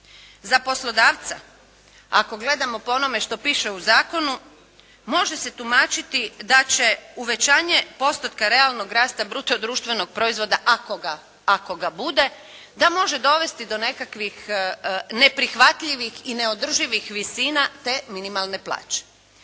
Za poslodavca, ako gledamo po onome što piše u zakonu, može se tumačiti da će uvećanje postotka realnog rasta bruto društvenog proizvoda, ako ga bude, da može dovesti do nekakvih neprihvatljivih i neodrživih visina te minimalne plaće.